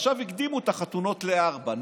עכשיו יקדימו את החתונות ל-16:00.